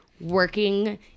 working